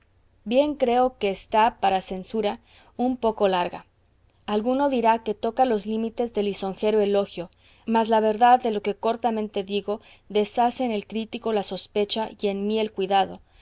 bien creo que está para censura un poco larga alguno dirá que toca los límites de lisonjero elogio mas la verdad de lo que cortamente digo deshace en el crítico la sospecha y en mí el cuidado